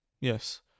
Yes